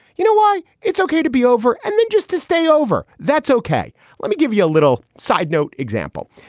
you know why it's okay to be over? and mean, just to stay over. that's okay let me give you a little side note. example.